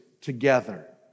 together